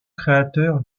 créateur